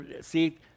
See